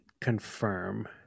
confirm